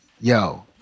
yo